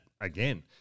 again